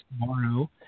tomorrow